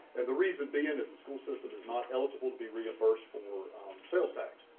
and the reason being and is the school system is not eligible to be reimbursed for sales tax.